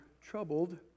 troubled